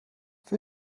für